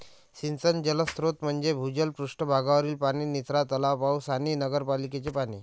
सिंचन जलस्रोत म्हणजे भूजल, पृष्ठ भागावरील पाणी, निचरा तलाव, पाऊस आणि नगरपालिकेचे पाणी